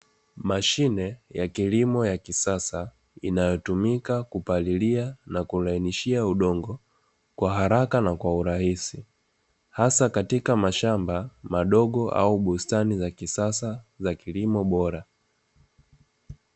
Mashine ya kilimo ya kisasa, inayotumika kupalilia na kulainishia udongo kwa haraka na kwa urahisi, hasa katika mashamba madogo au bustani za kisasa za kilimo bora.